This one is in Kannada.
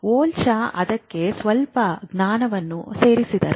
ವೋಲ್ಟಾ ಅದಕ್ಕೆ ಸ್ವಲ್ಪ ಜ್ಞಾನವನ್ನು ಸೇರಿಸಿದರು